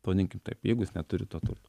pavadinkim taip jeigu jis neturi to turto